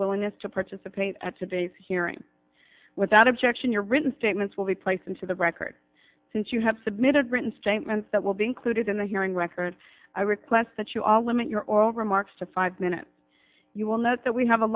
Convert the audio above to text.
willingness to participate at today's hearing without objection your written statements will be placed into the record since you have submitted written statements that will be included in the hearing record i request that you all limit your oral remarks to five minutes you will note that we have a